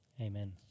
amen